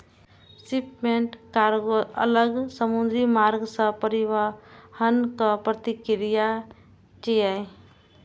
shipment कार्गों अलग समुद्री मार्ग सं परिवहनक प्रक्रिया छियै